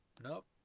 nope